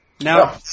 Now